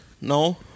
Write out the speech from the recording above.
no